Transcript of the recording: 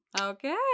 Okay